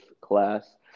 class